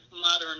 modern